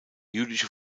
jüdische